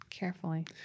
Carefully